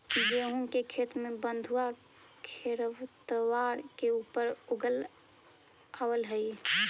गेहूँ के खेत में बथुआ खेरपतवार के ऊपर उगआवऽ हई